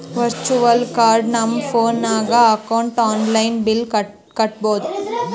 virtual card ನಮ್ phone ನಾಗ್ ಹಾಕೊಂಡ್ ಆನ್ಲೈನ್ ಬಿಲ್ ಕಟ್ಟಬೋದು